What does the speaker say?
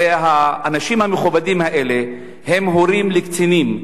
הרי האנשים המכובדים האלה הם הורים לקצינים,